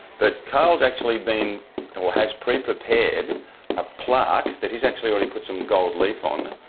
but carl's actually been and or has pre-prepared a plaque that he's actually already put some gold leaf on.